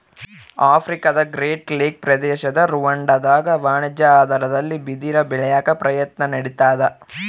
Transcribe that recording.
ಆಫ್ರಿಕಾದಗ್ರೇಟ್ ಲೇಕ್ ಪ್ರದೇಶದ ರುವಾಂಡಾದಾಗ ವಾಣಿಜ್ಯ ಆಧಾರದಲ್ಲಿ ಬಿದಿರ ಬೆಳ್ಯಾಕ ಪ್ರಯತ್ನ ನಡಿತಾದ